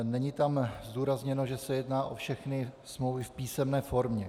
Není tam zdůrazněno, že se jedná o všechny smlouvy v písemné formě.